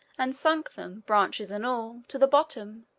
and sunk them, branches and all, to the bottom,